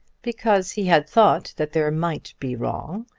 because he had thought that there might be wrong,